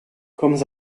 komz